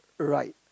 right